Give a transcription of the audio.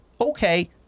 okay